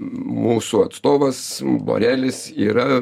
mūsų atstovas borelis yra